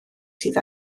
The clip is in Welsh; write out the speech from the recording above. sydd